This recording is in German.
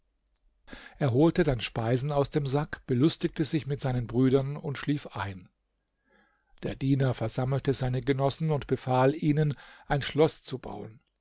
er holte dann speisen aus dem sack belustigte sich mit seinen brüdern und schlief ein der diener versammelte seine genossen und befahl ihnen ein schloß zu bauen